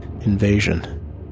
invasion